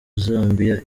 zambia